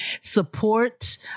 support